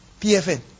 PFN